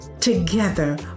Together